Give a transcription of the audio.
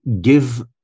give